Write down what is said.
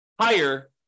higher